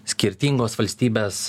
skirtingos valstybės